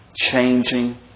changing